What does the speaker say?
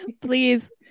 Please